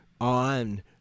on